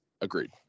Agreed